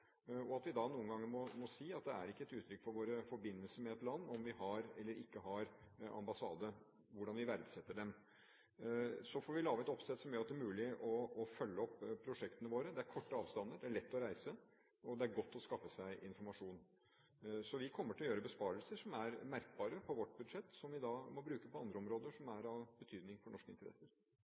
og at vi da noen ganger må si at vår forbindelse med et land, om vi har eller ikke har ambassade, ikke er et uttrykk for hvordan vi verdsetter dem. Så får vi lage et oppsett som gjør det mulig å følge opp prosjektene våre. Det er korte avstander, lett å reise, og det er godt å skaffe seg informasjon. Vi kommer til å gjøre besparelser som er merkbare på vårt budsjett, som vi må bruke på andre områder som er av betydning for norske interesser.